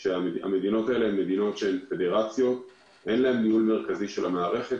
יש שם מדינות שהן פדרציות ואין להם ניהול מרכזי של המערכת.